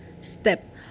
step